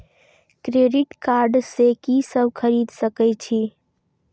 Credit card से की सब खरीद सकें छी?